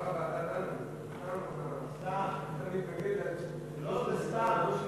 ההצעה להעביר את הנושא לוועדת הכלכלה